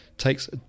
Takes